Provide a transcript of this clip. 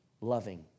loving